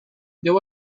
there